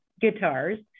guitars